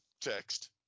text